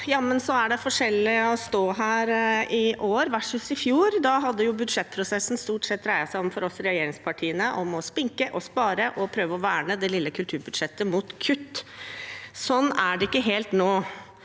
Jammen er det forskjell på å stå her i år versus i fjor. Da hadde budsjettprosessen stort sett dreid seg om, for oss i regjeringspartiene, å spinke og spare og prøve å verne det lille kulturbudsjettet mot kutt. Sånn er det ikke nå.